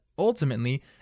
Ultimately